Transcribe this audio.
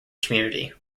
community